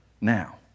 now